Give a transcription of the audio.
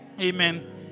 amen